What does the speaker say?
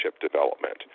development